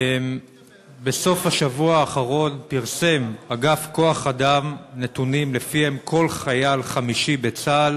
בסוף השבוע האחרון פרסם אגף כוח-אדם נתונים שלפיהם כל חייל חמישי בצה"ל